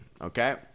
okay